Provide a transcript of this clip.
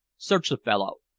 search the fellow.